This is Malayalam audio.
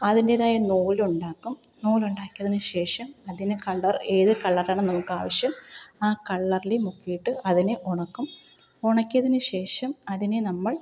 അതിൻ്റെതായ നൂലുണ്ടാക്കും നൂലുണ്ടാക്കിയതിനു ശേഷം അതിനെ കളർ ഏത് കളറാണോ നമുക്ക് ആവശ്യം ആ കളറിൽ മുക്കിയിട്ട് അതിനെ ഉണക്കും ഉണക്കിയതിനു ശേഷം അതിനെ നമ്മൾ